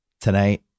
tonight